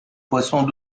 poissons